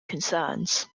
concerns